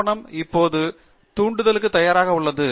ஆவணம் இப்போது தூண்டலுக்கு தயாராக உள்ளது